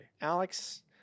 Alex